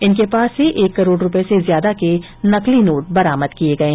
इनके पास से एक करोड रुपये से ज्यादा के नकली नोट बरामद किये गये